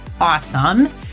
awesome